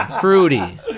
Fruity